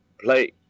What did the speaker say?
play